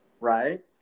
right